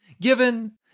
given